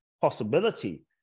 possibility